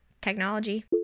technology